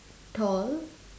tall